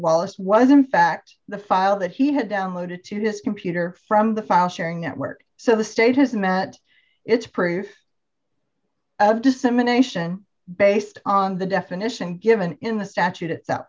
wallace was in fact the file that he had downloaded to disk computer from the file sharing network so the state has met its proof of dissemination based on the definition given in the statute itself